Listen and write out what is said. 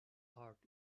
heart